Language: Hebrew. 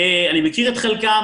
אני מכיר את חלקם,